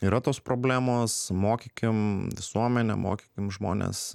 yra tos problemos mokykim visuomenę mokykim žmones